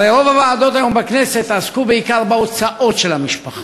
הרי רוב הוועדות בכנסת עסקו היום בעיקר בהוצאות של המשפחה: